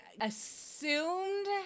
assumed